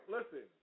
Listen